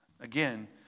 Again